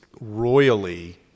royally